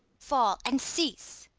fall, and cease!